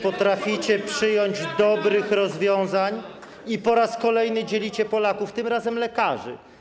Nie potraficie przyjąć dobrych rozwiązań i po raz kolejny dzielicie Polaków, tym razem lekarzy.